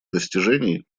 достижений